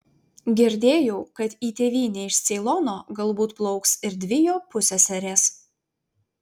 girdėjau kad į tėvynę iš ceilono galbūt plauks ir dvi jo pusseserės